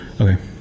Okay